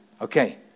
okay